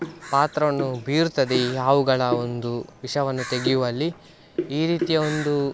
ಪಾತ್ರವನ್ನು ಬೀರುತ್ತದೆ ಈ ಹಾವುಗಳ ಒಂದು ವಿಷವನ್ನು ತೆಗೆಯುವಲ್ಲಿ ಈ ರೀತಿಯ ಒಂದು